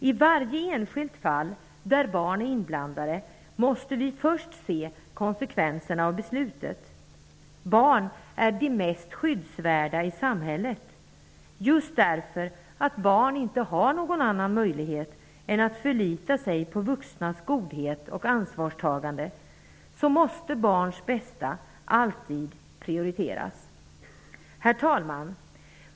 I varje enskilt fall där barn är inblandade måste vi först se konsekvenserna av beslutet. Barn är de mest skyddsvärda i samhället. Just därför att barn inte har någon annan möjlighet än att förlita sig på vuxnas godhet och ansvarstagande måste barns bästa alltid prioriteras. Herr talman!